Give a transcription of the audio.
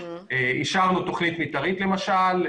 אישרנו תכנית מתארית למשל,